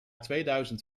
tweeduizend